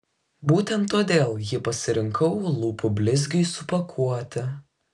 būtent todėl jį pasirinkau lūpų blizgiui supakuoti